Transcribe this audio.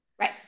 Right